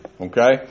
Okay